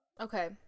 Okay